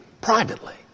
privately